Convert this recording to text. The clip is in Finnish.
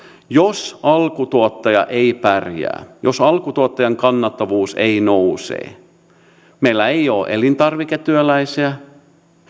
jos alkutuottaja ei pärjää jos alkutuottajan kannattavuus ei nouse meillä ei ole elintarviketyöläisiä